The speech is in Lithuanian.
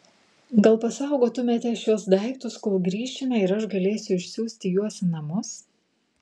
gal pasaugotumėte šiuos daiktus kol grįšime ir aš galėsiu išsiųsti juos į namus